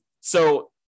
so-